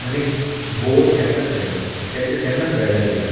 आनी बोर केन्नाच जायना केन्नाच बेजार येना